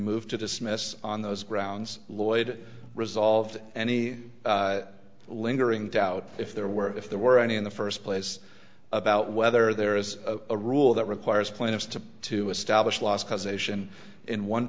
move to dismiss on those grounds lloyd resolved any lingering doubt if there were if there were any in the first place about whether there is a rule that requires plaintiffs to to establish l